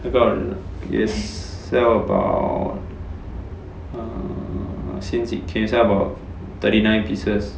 那个 they sell about err since it came sell about thirty nine pieces